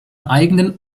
eigenen